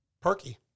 Perky